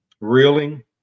reeling